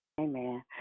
Amen